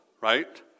right